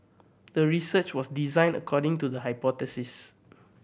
the research was designed according to the hypothesis